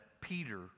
Peter